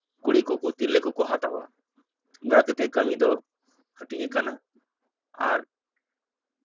ᱠᱩᱲᱤ ᱠᱚᱠᱚ ᱛᱤᱨᱞᱟᱹ ᱠᱚᱠᱚ ᱦᱟᱛᱟᱣᱟ ᱚᱱᱠᱟ ᱠᱟᱛᱮ ᱠᱟᱹᱢᱤ ᱫᱚ ᱦᱟᱴᱤᱧᱟᱠᱟᱱᱟ ᱟᱨ